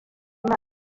imana